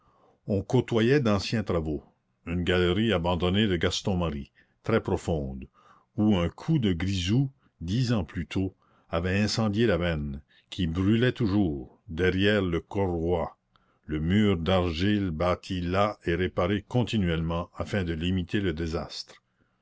on côtoyait d'anciens travaux une galerie abandonnée de gaston marie très profonde où un coup de grisou dix ans plus tôt avait incendié la veine qui brûlait toujours derrière le corroi le mur d'argile bâti là et réparé continuellement afin de limiter le désastre